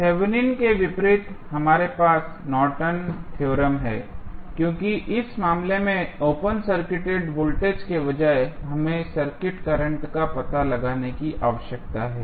Thevenin के विपरीत हमारे पास नॉर्टन थ्योरम Nortons Theorem है क्योंकि इस मामले में ओपन सर्किटेड वोल्टेज के बजाय हमें सर्किट करंट का पता लगाने की आवश्यकता है